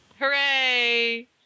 hooray